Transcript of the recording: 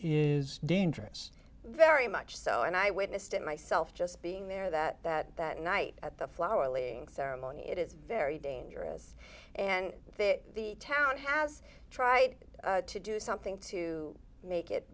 dangerous very much so and i witnessed it myself just being there that that that night at the flower laying ceremony it is very dangerous and the town has tried to do something to make it